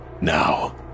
Now